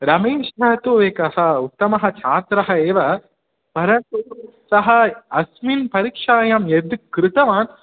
रमेशः सः तु एकः उत्तमः छात्रः एव परन्तु सः अस्मिन् परीक्षायां यत् कृतवान्